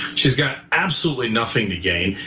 she's got absolutely nothing to gain.